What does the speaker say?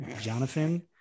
Jonathan